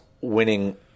winning